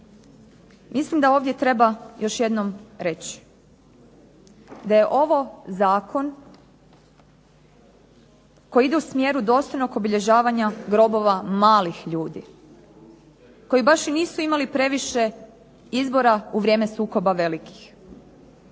Mislim da ovdje treba još jednom reći, da je ovo zakon koji ide u smjeru dostojnog obilježavanja grobova malih ljudi, koji baš i nisu imali previše izbora u vrijeme sukoba velikih.